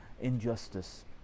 injustice